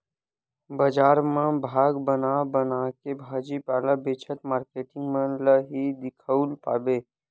बजार म भाग बना बनाके भाजी पाला बेचत मारकेटिंग मन ल ही दिखउल पाबे